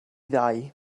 ddau